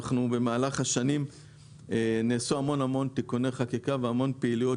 במהלך השנים נעשו תיקוני חקיקה רבים ופעילויות